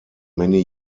many